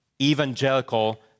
evangelical